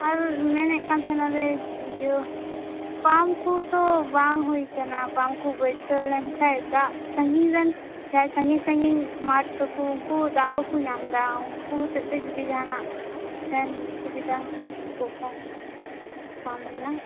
ᱟᱨ ᱢᱮᱱᱮᱫ ᱠᱟᱱ ᱛᱟᱦᱮᱱᱟᱞᱮ ᱤᱭᱟ ᱯᱟᱢᱯ ᱠᱚᱦᱚᱸᱛᱚ ᱵᱟᱝ ᱦᱩᱭ ᱟᱠᱟᱱᱟ ᱯᱟᱢᱯ ᱠᱚ ᱵᱟ ᱭᱥᱟ ᱣ ᱞᱮᱱ ᱠᱷᱟᱡ ᱫᱟᱜ ᱥᱟᱺᱜᱤᱧ ᱨᱮᱱ ᱡᱟᱦᱟᱭ ᱥᱟᱺᱜᱤᱧ ᱥᱟᱺᱜᱤᱧ ᱢᱟᱴᱷ ᱛᱟᱠᱚ ᱩᱱᱠᱩ ᱫᱟᱜ ᱵᱟᱠᱚ ᱧᱟᱢᱫᱟ ᱩᱱᱠᱩ ᱦᱚᱛᱮᱡᱛᱮ ᱡᱩᱫᱤ ᱡᱟᱦᱟᱸᱱᱟᱜ ᱴᱷᱮᱱ ᱥᱩᱵᱤᱫᱷᱟ ᱦᱩᱭ ᱠᱚᱜ ᱠᱷᱟᱱ ᱯᱟᱢᱯ ᱨᱮᱱᱟᱜ